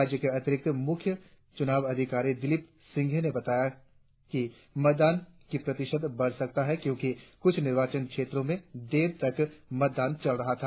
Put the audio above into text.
राज्य के अतिरिक्त मुख्य चुनाव अधिकारी दिलीप सिंधे ने बताया मतदान का प्रतिशत बढ़ सकता है क्योंकि कुछ निर्वाचन क्षेत्रों में देर तक मतदान चल रहा था